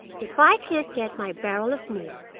if i can't get my barrel of meal,